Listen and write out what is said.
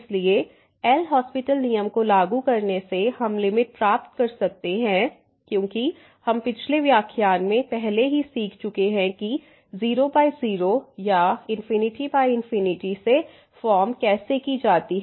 इसलिए L Hospital LHospital नियम को लागू करने से हम लिमिट प्राप्त कर सकते हैं क्योंकि हम पिछले व्याख्यान में पहले ही सीख चुके हैं कि 00 या ∞∞ सेफ़ॉर्म कैसे की जाती है